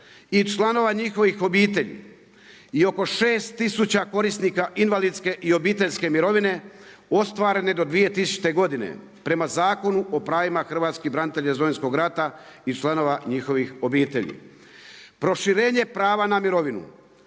i članova njihovih obitelji i oko 6 000 korisnika invalidske i obiteljske mirovine ostvarene do 2000. godine prema Zakonu o pravima Hrvatskih branitelja iz Domovinskog rata i članova njihovih obitelji. Proširenje prava na mirovinu,